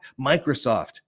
Microsoft